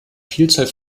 vielzahl